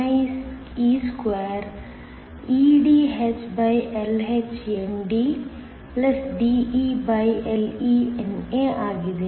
Jso nie2eDhLhNDDeLeNA ಆಗಿದೆ